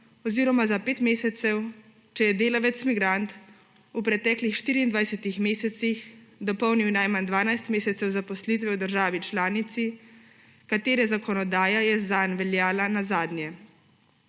oziroma za pet mesecev, če je delavec migrant v preteklih 24 mesecih dopolnil najmanj 12 mesecev zaposlitve v državi članici, katere zakonodaja je zanj veljala nazadnje.